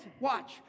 watch